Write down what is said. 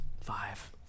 Five